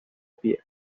pie